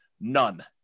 None